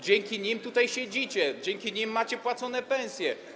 Dzięki nim tutaj siedzicie, dzięki nim macie płacone pensje.